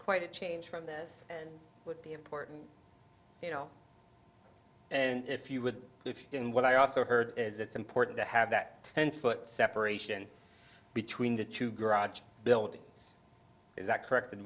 quite a change from this and would be important you know and if you would if you can what i also heard is it's important to have that ten foot separation between the two garage buildings is that correct and